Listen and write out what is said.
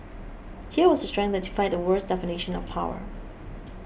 here was the strength that defied the world's definition of power